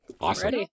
Awesome